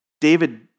David